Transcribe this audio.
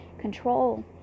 control